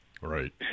right